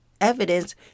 evidence